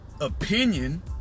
opinion